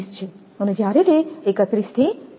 20 છે અને જ્યારે તે 31 થી 42